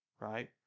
right